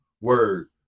Word